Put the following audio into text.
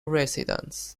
residents